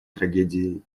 трагедией